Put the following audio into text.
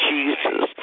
Jesus